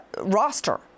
roster